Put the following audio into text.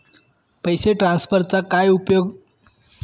पैसे ट्रान्सफरचा काय उपयोग?